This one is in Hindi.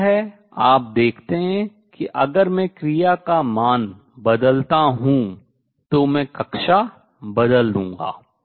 जाहिर है आप देखते हैं कि अगर मैं क्रिया का मान बदलता हूँ तो मैं कक्षा बदल दूंगा